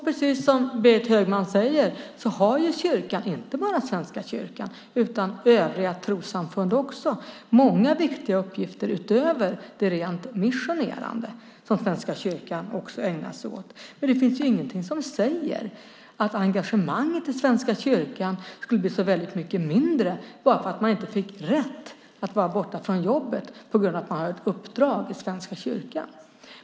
Precis som Berit Högman säger har kyrkan, inte bara Svenska kyrkan utan övriga trossamfund, många viktiga uppgifter utöver det rent missionerande som Svenska kyrkan också ägnar sig åt. Det finns ingenting som säger att engagemanget i Svenska kyrkan skulle bli så mycket mindre bara för att man inte fick rätt att vara borta från jobbet på grund av att man hade ett uppdrag i Svenska kyrkan.